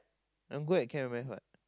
I'm good at chem and math what